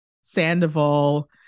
Sandoval